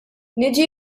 niġi